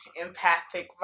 empathic